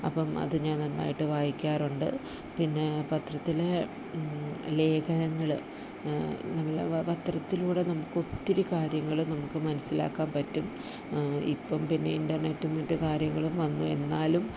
അപ്പം അത് ഞാൻ നന്നായിട്ട് വായിക്കാറുണ്ട് പിന്നെ പത്രത്തിലെ ലേഖനങ്ങൾ നമ്മൾ പത്രത്തിലൂടെ നമുക്ക് ഒത്തിരി കാര്യങ്ങൾ നമുക്ക് മനസ്സിലാക്കാൻ പറ്റും ഇപ്പം പിന്നെ ഇൻറ്റർനെറ്റും മറ്റ് കാര്യങ്ങളും വന്നു എന്നാലും